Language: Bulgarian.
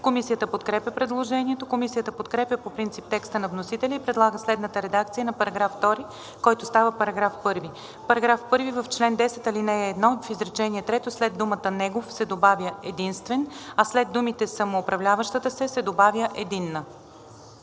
Комисията подкрепя предложението. Комисията подкрепя по принцип текста на вносителя и предлага следната редакция на § 2, който става § 1: „§ 1. В чл. 10, ал. 1 в изречение трето след думата „Негов“ се добавя „единствен“, а след думите „самоуправляващата се“ се добавя „единна“.“